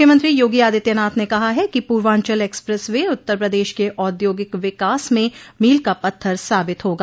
मुख्यमंत्री योगी आदित्यनाथ ने कहा है कि पूर्वाचंल एक्सप्रेस वे उत्तर प्रदेश के औद्योगिक विकास में मील का पत्थर साबित होगा